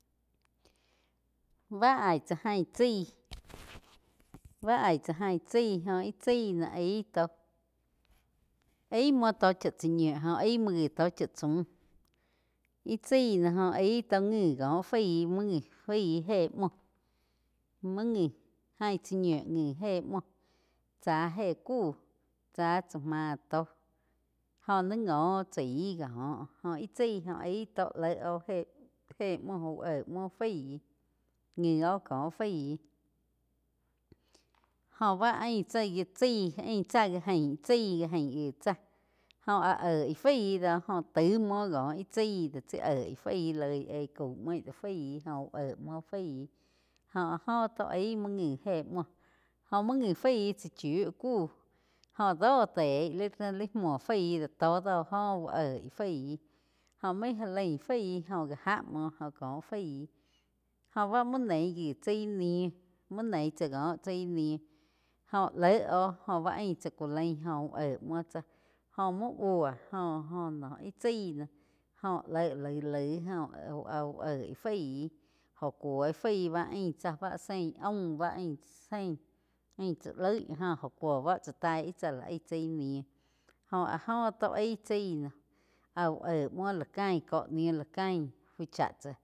Bá aíh chá jain chái, ba aíh cha jain chai jó íh chái no aig tó, aig muo tó cha chá ñiu jó aih muo tó chá tsá múh. Ih chái no jó aíh ngi kóh faí muo ngi faí éh múo, muoh ngi jain chá ñiu jéh múo tzá éh kuh, chá tsáh máh tó joh nih ngo chaí kóh jóh ih chaí aíh tó léh oh héh-héh muo úh éh muo faí ngi óh kóh faí. Joh bá ain cha gi chái ain cha ga jain ga jain chái gáh jaín gi tzáh óh áh oig faí doh joh taig múo koh ih chaí doh tsi oig fai loi éh kauh muo ih do faí úh éh múo faí joh áh joh tó aig múo ngi éh múo joh múo ngi faí cha chíu kuhn joh do teí li muo faí do tóh joh úh oig faí, joh aí já lan faí joh áh múo joh kó faí joh bá múo neig gi tsái nih muo neih tsá ko chai nih joh léh oh jo báh ain cha ku lain úh éh muo tsáh jóh múo búo joh no íh chái noh joh léh laig-laíg áh úh oig faí joh kúo fái báh ain tsáh báh sein aúm ain zein ain chá loig oh joh cúo báh chá taí chá la aig íh nih joh áh joh tó aíh chái noh áh úh éh muo lá kain ko ñiu la kain fu chá tsá.